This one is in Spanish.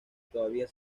todavía